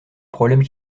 problèmes